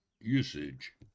usage